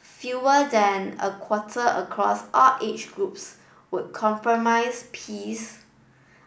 fewer than a quarter across all age groups would compromise piece